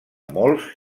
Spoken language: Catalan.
molts